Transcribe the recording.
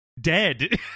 dead